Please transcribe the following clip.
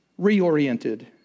reoriented